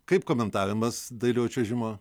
kaip komentavimas dailiojo čiuožimo